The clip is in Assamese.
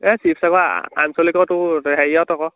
এই শিৱসাগৰৰ আঞ্চলিকৰ তোৰ হেৰিয়ত আকৌ